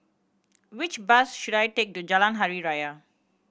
which bus should I take to Jalan Hari Raya